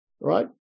Right